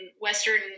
Western